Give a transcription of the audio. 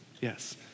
Yes